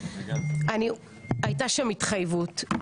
הייתה שם התחייבות.